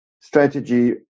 strategy